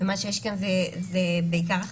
פחות מ-50 זה בלי תו